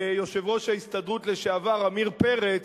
ביושב-ראש ההסתדרות לשעבר עמיר פרץ